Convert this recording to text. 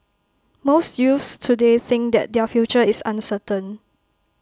most youths today think that their future is uncertain